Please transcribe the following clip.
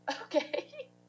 okay